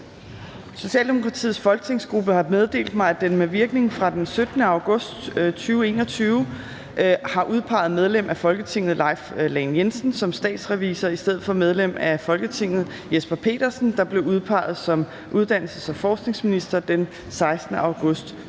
Socialdemokratiets folketingsgruppe har meddelt mig, at den med virkning fra den 17. august 2021 har udpeget medlem af Folketinget Leif Lahn Jensen som statsrevisor i stedet for medlem af Folketinget Jesper Petersen, der blev udpeget som uddannelses- og forskningsminister den 16. august 2021.